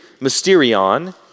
mysterion